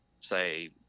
say